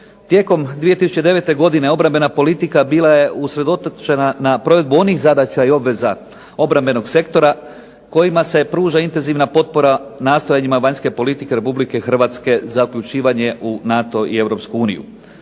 Tijekom 2009. godine obrambena politika bila je usredotočena na provedbu onih zadaća i obveza obrambenog sektora kojima se pruža intenzivna potpora nastojanjima vanjske politike Republike Hrvatske za uključivanje u NATO i